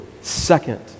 Second